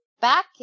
back